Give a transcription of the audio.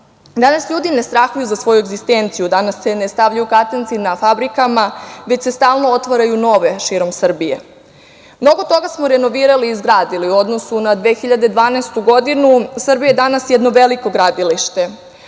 Danas ljudi ne strahuju za svoju egzistenciju, danas se ne stavljaju katanci na fabrikama, već se stalno otvaraju nove, širom Srbije. Mnogo toga smo renovirali i izgradili u odnosu na 2012. godinu. Srbija je danas jedno veliko gradilište,